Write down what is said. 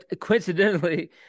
coincidentally